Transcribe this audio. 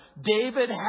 David